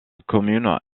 commune